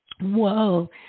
Whoa